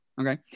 okay